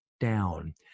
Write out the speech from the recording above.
down